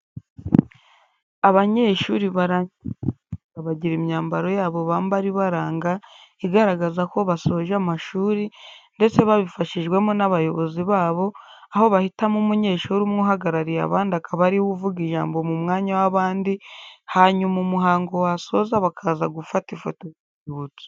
Abanyeshuri barangije kaminuza bagira imyambaro yabo bambara ibaranga igaragaza ko basoje amashuri ndetse babifashijwemo n'abayobozi babo, aho bahitamo umunyeshuri umwe uhagarariye abandi akaba ari we uvuga ijambo mu mwanya w'abandi hanyuma umuhango wasoza bakaza gufata ifoto y'urwibutso.